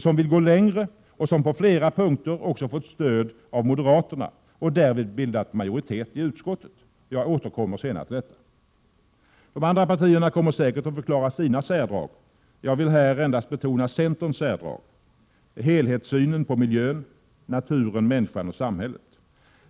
som vill gå längre och som på flera punkter också fått stöd av moderaterna och därvid bildat majoritet i utskottet. Jag återkommer senare till detta. De andra partierna kommmer säkert att förklara sina särdrag. Jag vill här endast betona centerns särdrag: Helhetssynen på miljön — naturen, människan och samhället.